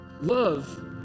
Love